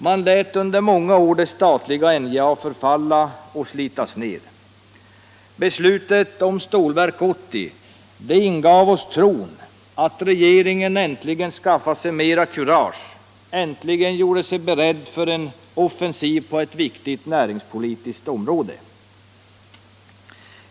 Man lät under många år det statliga NJA förfalla och slitas ner. Beslutet om Stålverk 80 ingav oss tron att regeringen äntligen skaffat sig mera kurage, äntligen gjort sig beredd att gå in för en offensiv på ett viktigt näringspolitiskt område.